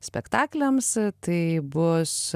spektakliams tai bus